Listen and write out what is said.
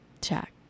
Check